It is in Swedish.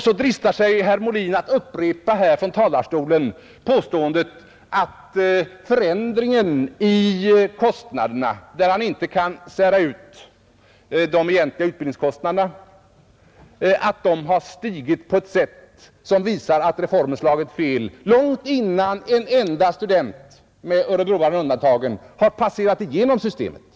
Så dristar sig herr Molin att här från talarstolen upprepa påståendet att kostnaderna — och han kan inte sära ut de egentliga utbildningskostnaderna — har stigit på ett sätt som visar att reformen slagit fel, detta långt innan en enda student, göteborgaren undantagen, har passerat igenom systemet.